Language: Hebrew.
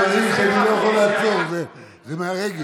יש דברים שאני לא יכול לעצור, זה מהרגש.